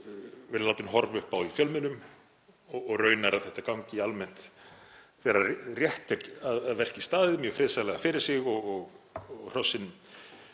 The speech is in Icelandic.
við höfum verið látin horfa upp á í fjölmiðlum og raunar að þetta gangi almennt, þegar rétt er að verki staðið, mjög friðsamlega fyrir sig og hrossin